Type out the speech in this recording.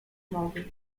mowy